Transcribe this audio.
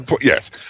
yes